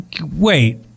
Wait